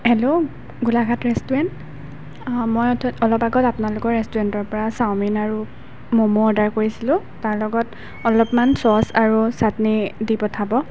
hello Golaghat restaurant মই অৰ্থাৎ অলপ আগত আপোনালোকৰ ৰেষ্টুৰেণ্টৰপৰা চাও মিন আৰু ম'ম' অৰ্ডাৰ কৰিছিলোঁ তাৰ লগত অলপমান চচ আৰু চাটনি দি পঠাব